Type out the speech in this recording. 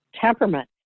temperament